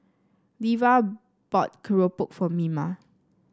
Levar bought keropok for Mima